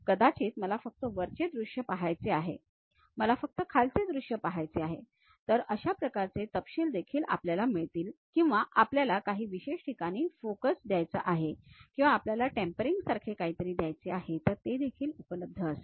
कदाचित मला फक्त वरचे दृश्य पहायचे आहे मला फक्त खालचे दृश्य पहायचे आहे तर अशा प्रकारचे तपशील देखील आपल्याला मिळतील किंवा आपल्याला काही विशेष ठिकाणी फोकस द्यायचा आहे किंवा आपल्याला टेपरिंगसारखे काहीतरी द्यायचे आहे तर ते देखील उपलब्ध असेल